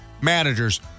managers